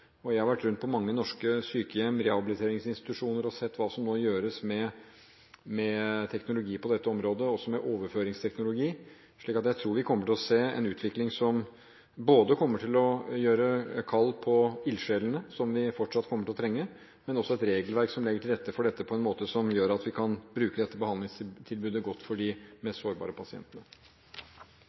jeg tror vi kommer til å se en utvikling som vil gjøre kall på ildsjelene, som vi fortsatt kommer til å trenge, og på et regelverk som legger til rette for dette på en måte som gjør at vi kan bruke dette behandlingstilbudet godt for de mest sårbare pasientene.